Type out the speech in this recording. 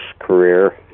career